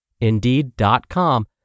Indeed.com